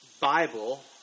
Bible